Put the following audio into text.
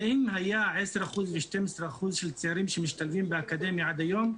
אם היה 10% ו-12% של צעירים שמשתלבים באקדמיה עד היום,